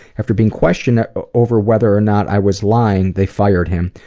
after being questioned over whether or not i was lying, they fired him.